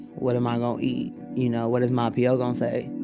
what am i gon' eat? you know, what is my po gon' say?